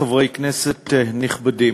חברי כנסת נכבדים,